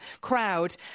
crowd